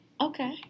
Okay